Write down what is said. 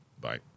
Bye